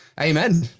amen